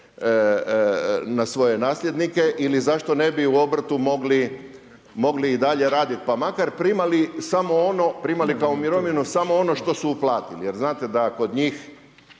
na svoje nasljednike ili zašto ne bi u obrtu mogli, mogli i dalje raditi pa makar primali samo ono, primali kao mirovinu samo ono što su uplatili. Jer znate da kod njih,